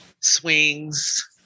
swings